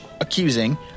accusing